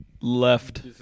left